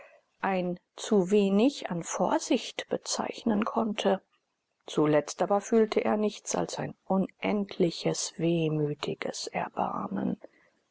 ein zu wenig an vorsicht bezeichnen konnte zuletzt aber fühlte er nichts als ein unendliches wehmütiges erbarmen